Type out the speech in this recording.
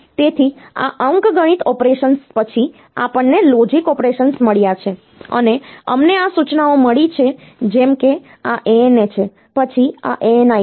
તેથી આ અંકગણિત ઑપરેશન્સ પછી આપણને લોજિક ઑપરેશન્સ મળ્યાં છે અને અમને આ સૂચનાઓ મળી છે જેમ કે આ ANA છે પછી આ ANI છે